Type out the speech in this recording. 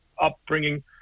upbringing